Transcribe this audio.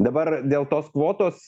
dabar dėl tos kvotos